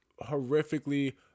horrifically